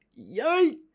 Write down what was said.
Yikes